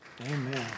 Amen